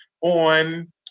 on